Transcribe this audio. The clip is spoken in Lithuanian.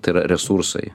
tai yra resursai